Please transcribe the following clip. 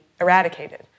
eradicated